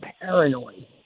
paranoid